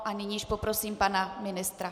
A nyní již poprosím pana ministra.